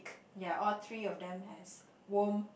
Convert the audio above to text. ya all three all them has warm